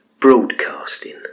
broadcasting